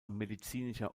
medizinischer